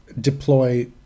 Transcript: deploy